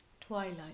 twilight